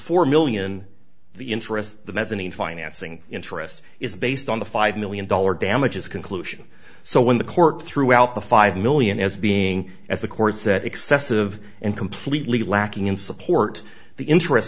four million dollars the interest the mezzanine financing interest is based on the five million dollar damages conclusion so when the court threw out the five million as being at the court that excessive and completely lacking in support the interest